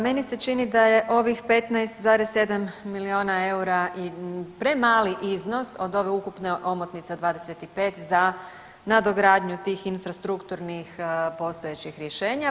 Meni se čini da je ovih 15,7 miliona EUR-a i premali iznos od ove ukupne omotnice od 25 za nadogradnju tih infrastrukturnih postojećih rješenja.